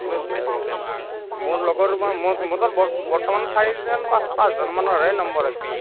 মোৰ লগৰ মোৰ তাত ব বৰ্তমান চাৰিজন পা পাঁচজন মানৰহে নম্বৰ আছে